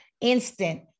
instant